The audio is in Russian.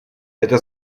это